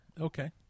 Okay